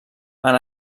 han